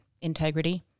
integrity